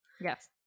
Yes